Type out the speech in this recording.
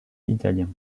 italiens